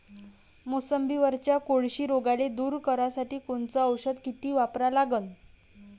मोसंबीवरच्या कोळशी रोगाले दूर करासाठी कोनचं औषध किती वापरा लागन?